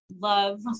love